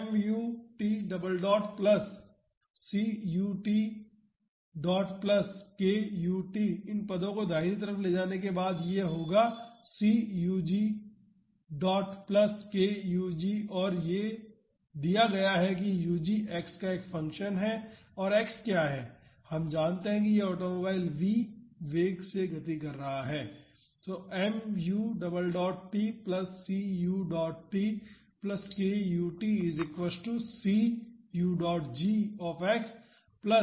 तो mu t double dot plus cut dot plus kut इन पदों को दाहिने तरफ ले जाने के बाद यह होगा cug डॉट प्लस kug और यह दिया गया है कि ug x का एक फंक्शन है और x क्या है हम जानते हैं कि यह ऑटोमोबाइल v वेग से गति कर रहा है